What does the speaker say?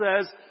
says